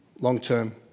long-term